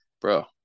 Bro